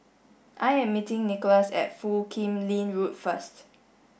I am meeting Nikolas at Foo Kim Lin Road first